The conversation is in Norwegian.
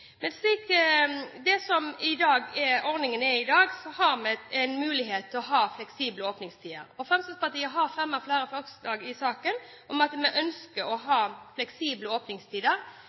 ordningen er i dag, har vi en mulighet til å ha fleksible åpningstider. Fremskrittspartiet har fremmet flere forslag i saken, og man kunne ønske å ha fleksible åpningstider,